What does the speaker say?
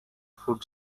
food